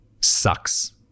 sucks